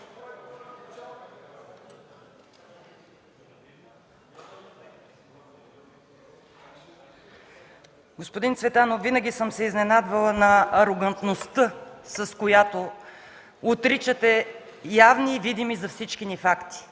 Господин Цветанов, винаги съм се изненадвала на арогантността, с която отричате явни и видими за всички ни факти.